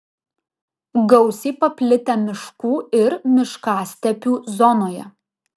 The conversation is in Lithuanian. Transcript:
gausiai paplitę miškų ir miškastepių zonoje